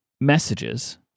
messages